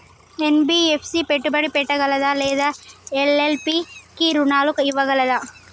NBFC పెట్టుబడి పెట్టగలదా లేదా ఎల్.ఎల్.పి కి రుణాలు ఇవ్వగలదా?